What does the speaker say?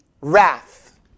wrath